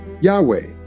Yahweh